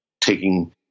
taking